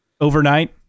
overnight